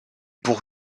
pour